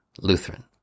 Lutheran